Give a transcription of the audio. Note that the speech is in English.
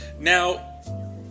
Now